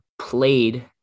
played